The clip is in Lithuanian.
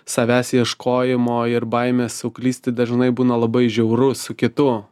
savęs ieškojimo ir baimės suklysti dažnai būna labai žiaurus su kitu